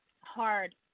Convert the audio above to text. hard